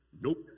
Nope